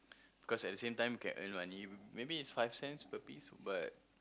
cause at the same can earn money maybe it's five cents per piece but